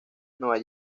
nueva